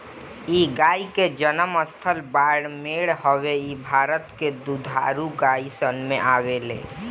इ गाई के जनम स्थल बाड़मेर हवे इ भारत के दुधारू गाई सन में आवेले